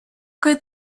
could